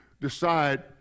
decide